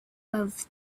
have